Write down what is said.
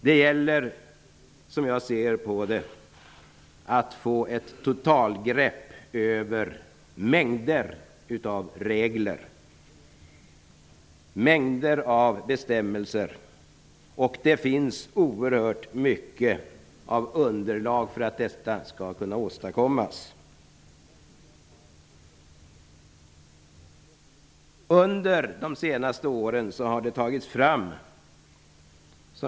Det gäller, som jag ser det, att ta ett totalgrepp över mängden av regler och bestämmelser, och det finns ett oerhört omfattande underlag för att detta skall kunna åstadkommas.